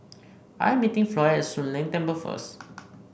I am meeting Floy at Soon Leng Temple first